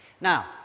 Now